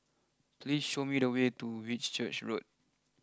please show me the way to Whitchurch Road